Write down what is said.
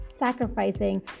sacrificing